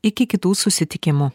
iki kitų susitikimų